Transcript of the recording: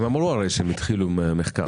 הם אמרו שהם התחילו במחקר.